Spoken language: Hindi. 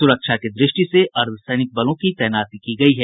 सुरक्षा की दृष्टि से अर्द्वसैनिक बलों की तैनाती की गयी है